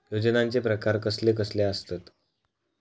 योजनांचे प्रकार कसले कसले असतत?